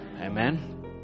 Amen